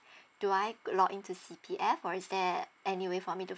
do I log in to C_P_F or is there any way for me to